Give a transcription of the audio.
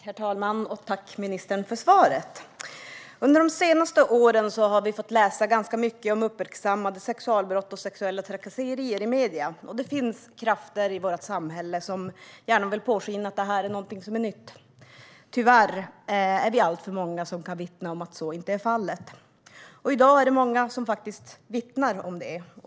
Herr talman! Jag tackar ministern för svaret. Under de senaste åren har vi fått läsa ganska mycket om uppmärksammade sexualbrott och sexuella trakasserier i medierna. Och det finns krafter i vårt samhälle som gärna vill påskina att detta är någonting som är nytt. Tyvärr är vi alltför många som kan vittna om att så inte är fallet, och i dag är det många som faktiskt vittnar om det.